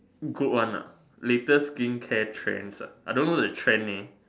good one nah latest skincare trends ah I don't know the trendy leh